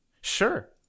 Sure